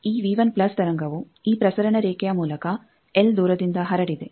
ಈ ತರಂಗವು ಈ ಪ್ರಸರಣ ರೇಖೆಯ ಮೂಲಕ ಎಲ್ ದೂರದಿಂದ ಹರಡಿದೆ